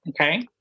okay